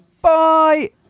Bye